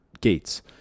gates